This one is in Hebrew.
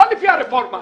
לא לפי הרפורמה.